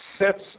Sets